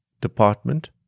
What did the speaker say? department